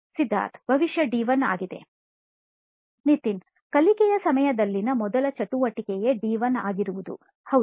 ಸಿದ್ಧಾರ್ಥ್ ಬಹುಶಃ ಡಿ 1 ಆಗಿದೆ ನಿತಿನ್ ಕಲಿಕೆಯ ಸಮಯದಲ್ಲಿನ ಮೊದಲ ಚಟುವಟಿಕೆಯೇ ಡಿ 1 ಆಗಿರುವುದು ಹೌದು